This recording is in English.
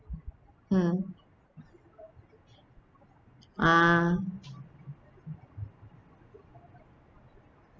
mm ah